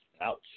Ouch